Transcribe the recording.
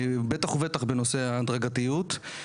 בטח ובטח בנושא ההדרגתיות.